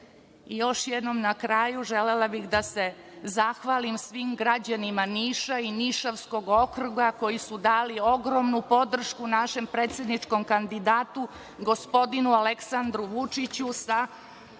još jednom da se zahvalim svim građanima Niša i Nišavskog okruga koji su dali ogromnu podršku našem predsedničkom kandidatu, gospodinu Aleksandru Vučiću sa